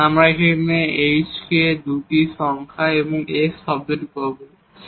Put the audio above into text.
আমরা এই দুটি hk এবং s টার্মটি পাই